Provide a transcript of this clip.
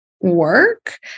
work